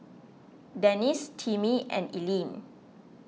Denis Timmie and Eileen